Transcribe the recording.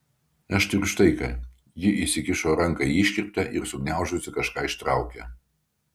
o aš turiu štai ką ji įsikišo ranką į iškirptę ir sugniaužusi kažką ištraukė